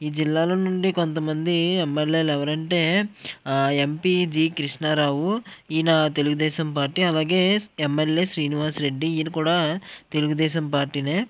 ఈ జిల్లాల నుండి కొంతమంది ఎమ్ఎల్ఏలు ఎవరంటే ఎంపీ జీ కృష్ణరావు ఈయన తెలుగుదేశం పార్టీ అలాగే ఎమ్ఎల్ఏ శ్రీనివాస్రెడ్డి ఈయన కూడా తెలుగుదేశం పార్టీనే